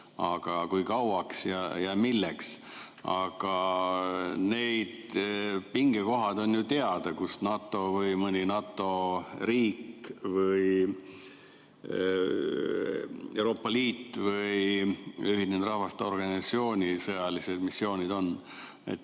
Aga kui kauaks ja milleks? Need pingekohad on ju teada, kus NATO või mõne NATO riigi või Euroopa Liidu või Ühinenud Rahvaste Organisatsiooni sõjalised missioonid on.